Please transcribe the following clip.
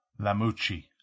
Lamucci